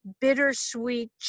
bittersweet